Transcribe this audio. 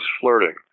flirting